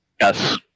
Yes